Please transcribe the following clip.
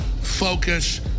focus